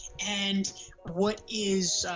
and what is,